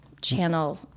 channel